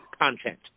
content